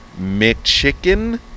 McChicken